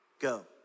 Go